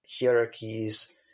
hierarchies